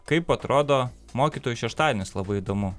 kaip atrodo mokytojų šeštadienis labai įdomu